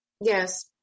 Yes